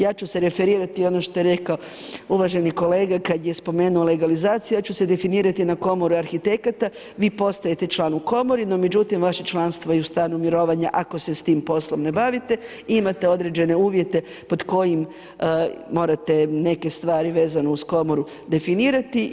Ja ću se referirati i ono što je rekao uvaženi kolega kad je spomenuo legalizaciju, ja ću se definirati na komoru arhitekata, vi postajete član u komori, no međutim, vaše članstvo je u stanju mirovanja ako se s tim poslom ne bavite i imate određene uvjete pod kojim morate neke stvari vezano uz komoru definirati.